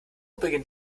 beginnt